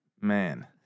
Man